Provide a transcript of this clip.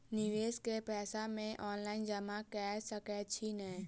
निवेश केँ पैसा मे ऑनलाइन जमा कैर सकै छी नै?